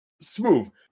smooth